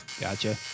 Gotcha